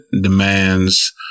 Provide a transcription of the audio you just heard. demands